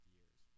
years